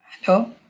Hello